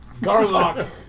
Garlock